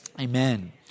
amen